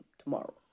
tomorrow